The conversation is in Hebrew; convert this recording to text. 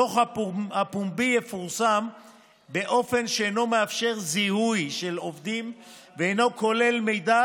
הדוח הפומבי יפורסם באופן שאינו מאפשר זיהוי של עובדים ואינו כולל מידע